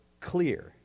clear